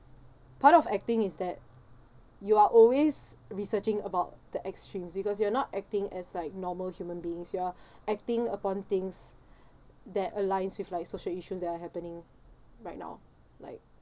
part of acting is that you are always researching about the extremes because you're not acting as like normal human beings you are acting upon things that aligns with like social issues that are happening right now like